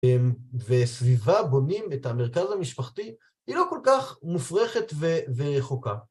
וסביבה בונים את המרכז המשפחתי, היא לא כל כך מופרכת ורחוקה.